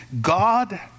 God